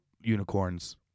unicorns